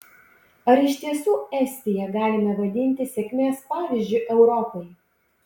ar iš tiesų estiją galime vadinti sėkmės pavyzdžiu europai